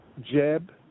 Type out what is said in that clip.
Jeb